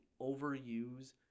overuse